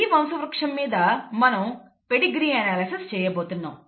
ఈ వంశ వృక్షం మీద మనం పెడిగ్రీ ఎనాలసిస్ చేయబోతున్నాం